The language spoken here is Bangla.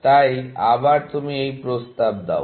তাই আবার তুমি এই প্রস্তাব দাও